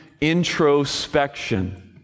introspection